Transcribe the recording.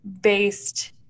based